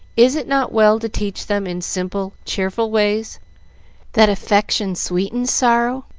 is it not well to teach them in simple, cheerful ways that affection sweetens sorrow,